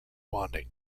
bonding